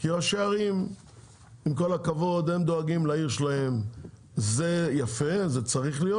על מנת שהכבישים החשובים ביותר בתחום הזה יטופלו כבר בחומש הזה.